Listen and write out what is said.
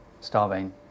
starving